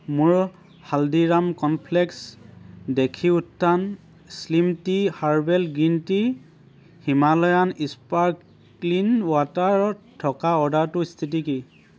মোৰ হালদিৰাম কৰ্ণফ্লেকছ দেশী উত্থান slim tea herbal green tea Himalayan sparkling ৱাটাৰত থকা অৰ্ডাৰটোৰ স্থিতি কি